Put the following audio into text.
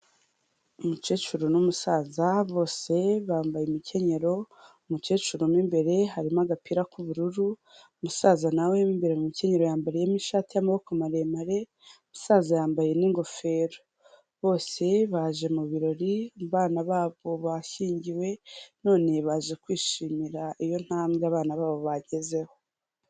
Umukecuru n'umusaza bose bambaye imikenyero, umukecuru mo imbere harimo agapira k'ubururu, umusaza na we mo imbere mu mukenyero yambariyemo ishati y'amaboko maremare, umusaza yambaye n'ingofero. Bose baje mu birori, abana babo bashyingiwe, none baje kwishimira iyo ntambwe abana babo bagezeho.